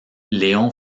léon